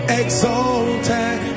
exalted